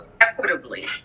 equitably